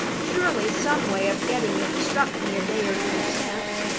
surely some way of getting it struck me a day or two since?